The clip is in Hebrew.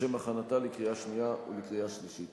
לשם הכנתה לקריאה שנייה ולקריאה שלישית.